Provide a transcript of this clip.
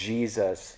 Jesus